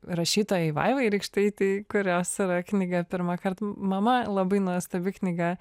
rašytojai vaivai rykštaitei kurios yra knyga pirmąkart mama labai nuostabi knyga